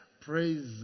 praise